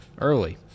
Early